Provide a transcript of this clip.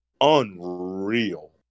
unreal